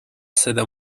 seda